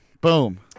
boom